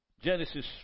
Genesis